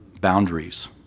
boundaries